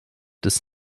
des